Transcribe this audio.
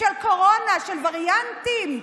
של קורונה, של וריאנטים,